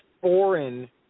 foreign